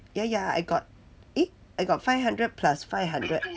ya ya I got eh I got five hundred plus five hundred